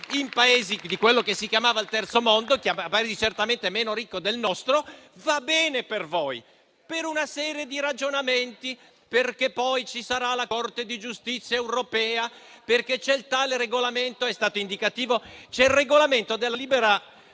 in Paesi di quello che si chiamava il terzo mondo, certamente meno ricco del nostro. Va bene per voi, per una serie di ragionamenti: perché poi ci sarà la Corte di giustizia europea; perché c'è il tale regolamento. C'è il regolamento della libera